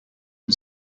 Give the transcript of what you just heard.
and